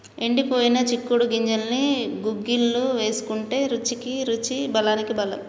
ఎండిపోయిన చిక్కుడు గింజల్ని గుగ్గిళ్లు వేసుకుంటే రుచికి రుచి బలానికి బలం